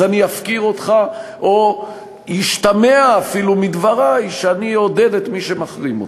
אז אני אפקיר אותך או ישתמע אפילו מדברי שאני אעודד את מי שמחרים אותך.